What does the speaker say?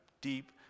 deep